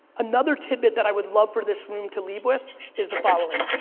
another tidbit that i would love for this room to leave with is the following.